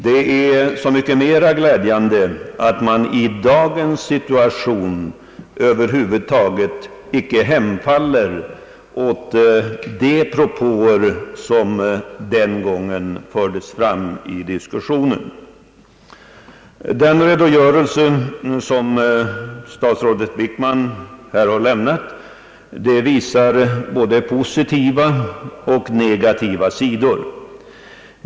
Det är så mycket mera glädjande att man i dagens situation icke hemfaller åt de propåer som den gången fördes fram i diskussionen. Den redogörelse som statsrådet Wickman här har lämnat visar både positiva och negativa sidor.